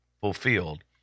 fulfilled